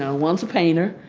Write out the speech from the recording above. know, one's a painter.